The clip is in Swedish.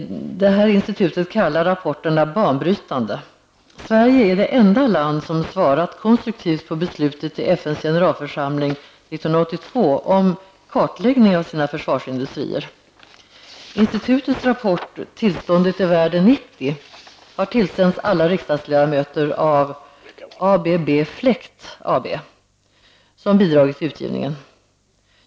Institutet kallar rapporterna banbrytande. Sverige är det enda land som svarat konstruktivt på beslutet i FNs generalförsamling 1982 om kartläggning av sina försvarsindustrier. Institutets rapport ''Tillståndet i världen 90'' har tillsänts alla riksdagsledamöter av ABB Fläkt AB, som bidragit till utgivningen.